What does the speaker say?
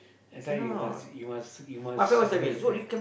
that's why you must you must you must also take care